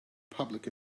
public